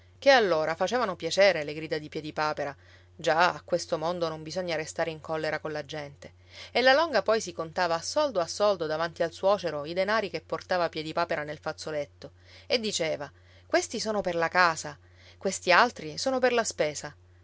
ché allora facevano piacere le grida di piedipapera già a questo mondo non bisogna restare in collera colla gente e la longa poi si contava a soldo a soldo davanti al suocero i denari che portava piedipapera nel fazzoletto e diceva questi sono per la casa questi altri sono per la spesa